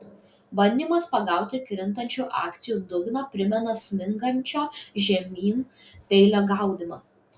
bandymas pagauti krintančių akcijų dugną primena smingančio žemyn peilio gaudymą